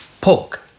pork